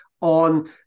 on